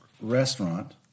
restaurant